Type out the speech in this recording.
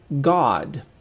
God